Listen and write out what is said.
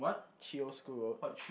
Chio's School Road